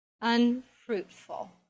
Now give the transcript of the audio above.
unfruitful